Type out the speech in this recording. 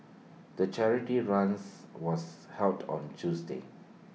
the charity runs was held on Tuesday